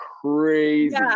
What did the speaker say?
crazy